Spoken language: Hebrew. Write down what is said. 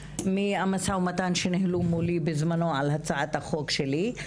מהמשא-ומתן שניהלו מולי בזמנו על הצעת החוק שלי.